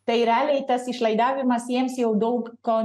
tai realiai tas išlaidavimas jiems jau daug ko